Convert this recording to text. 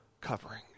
covering